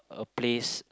a place